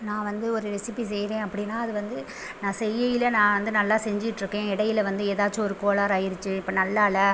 நான் வந்து ஒரு ரெசிபி செய்கிறேன் அப்படினா அது வந்து நான் செய்யில நான் வந்து நல்லா செஞ்சுட்ருக்கேன் இடையில வந்து ஏதாச்சும் ஒரு கோளாறு ஆயிருச்சு இப்போ நல்லாயில்ல